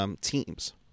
teams